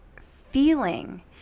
feeling